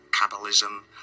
capitalism